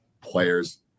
players